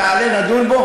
תעלה ונדון בו.